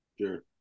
Sure